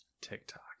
TikTok